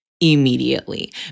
immediately